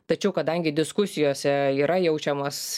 tačiau kadangi diskusijose yra jaučiamas